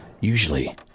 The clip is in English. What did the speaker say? Usually